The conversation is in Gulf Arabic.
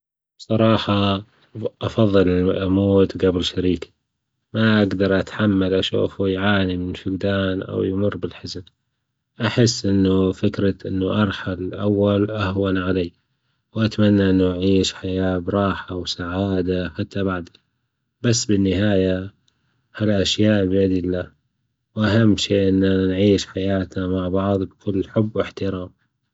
بصراحة أفضل أموت جبل شريكي، ما أجدرأتحمل أشوفه يعاني من فقدان أو يمر بالحزن، أحس أنه فكرة أنه أرحل أول أهون علي، وأتمنى أنه يعيش حياة براحة وسعادة حتى بعدي، بس بالنهاية هذي الاشياء بيد الله، وأهم شيء إننا نعيش حياتنا مع بعض بكل حب وإحترام.